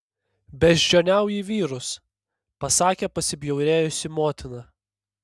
beždžioniauji vyrus pasakė pasibjaurėjusi motina